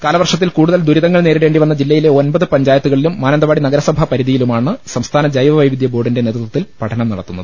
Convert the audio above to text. കാലവർഷ ത്തിൽ കൂടുതൽ ദുരിതങ്ങൾ നേരിടേണ്ടി വന്ന ജില്ലയിലെ ഒമ്പത് പഞ്ചായത്തുകളിലും മാനന്തവാടി നഗരസഭാ പരിധിയിലുമാണ് സംസ്ഥാന ജൈവ വൈവിധ്യ ബ്വോർഡിന്റെ നേതൃത്വത്തിൽ പഠനം നടത്തുന്നത്